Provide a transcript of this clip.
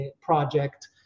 project